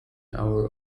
our